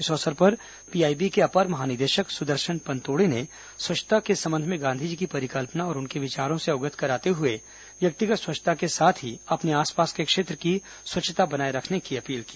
इस अवसर पर पीआईबी के अपर महानिदेशक सुदर्शन पनतोड़े ने स्वच्छता के संबंध में गांधीजी की परिकल्पना और उनके विचारों से अवगत कराते हुए व्यक्तिगत स्वच्छता के साथ ही अपने आसपास के क्षेत्र की स्वच्छता बनाए रखने की अपील की